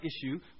issue